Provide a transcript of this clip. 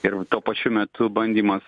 ir tuo pačiu metu bandymas